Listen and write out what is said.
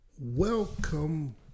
Welcome